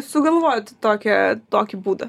sugalvojot tokią tokį būdą